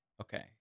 Okay